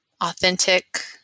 authentic